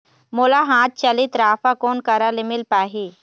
मोला हाथ चलित राफा कोन करा ले मिल पाही?